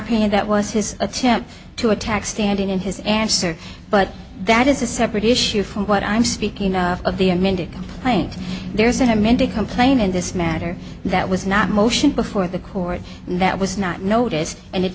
opinion that was his attempt to attack standing in his answer but that is a separate issue from what i'm speaking of the amended complaint there's an amended complaint in this matter that was not motion before the court that was not noticed and it